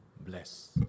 bless